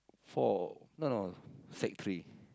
four no no sec three